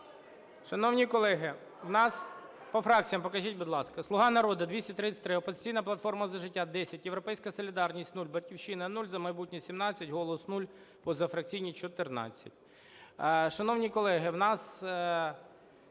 Шановні колеги, в нас… По фракціям покажіть, будь ласка. "Слуга народу" - 233, "Опозиційна платформа - За життя" – 10, "Європейська солідарність" - 0, "Батьківщина" – 0, "За майбутнє" – 17, "Голос" – 0, позафракційні – 14. Шановні колеги, в нас